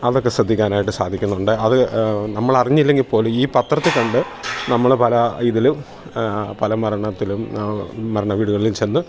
അതൊക്കെ ശ്രദ്ധിക്കാനായിട്ട് സാധിക്കുന്നുണ്ട് അത് നമ്മളറിഞ്ഞില്ലെങ്കിൽ പോലും ഈ പത്രത്തിൽ കണ്ട് നമ്മൾ പല ഇതിലും പല മരണത്തിലും മരണ വീടുകളിൽ ചെന്ന്